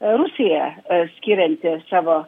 rusija skirianti savo